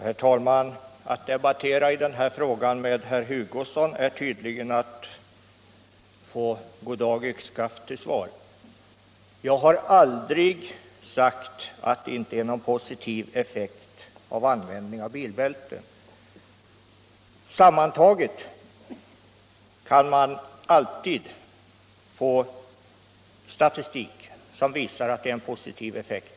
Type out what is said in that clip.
Herr talman! Att diskutera den här frågan med herr Hugosson innebär tydligen detsamma som goddag-yxskaft. Jag har aldrig sagt att användning av bilbälte inte ger någon positiv effekt. Sammantaget kan man troligen alltid få statistik som visar att det är en positiv effekt.